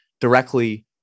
directly